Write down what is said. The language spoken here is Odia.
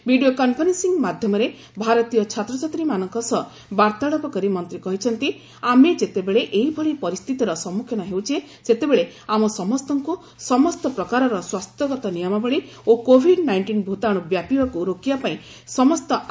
ଭିଡ଼ିଓ କନ୍ଫରେନ୍ସିଂ ମାଧ୍ୟମରେ ଭାରତୀୟ ଛାତ୍ରଛାତ୍ରୀମାନଙ୍କ ସହ ବାର୍ତ୍ତାଳାପ କରି ମନ୍ତ୍ରୀ କହିଛନ୍ତି ଆମେ ଯେତେବେଳେ ଏହିଭଳି ପରିସ୍ଥିତିର ସମ୍ମୁଖୀନ ହେଉଛେ ସେତେବେଳେ ଆମ ସମସ୍ତଙ୍କୁ ସମସ୍ତ ପ୍ରକାରର ସ୍ୱାସ୍ଥ୍ୟାଗତ ନିୟମାବଳୀ ଓ କୋଭିଡ ନାଇଷ୍ଟିନ୍ ଭୂତାଣୁ ବ୍ୟାପିବାକୁ ରୋକିବା ପାଇଁ ସମସ୍ତ ଆଗୁଆ ସତର୍କତାମଳକ ପଦକ୍ଷେପ ଗ୍ରହଣ କରିବାକୁ ହେବ